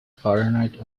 fahrenheit